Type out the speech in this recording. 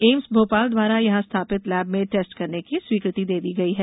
AIIMS Bhopal द्वारा वहां स्थापित लैब में टेस्ट करने की स्वीकृति दे दी गई है